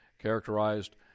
characterized